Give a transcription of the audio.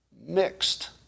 mixed